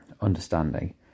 understanding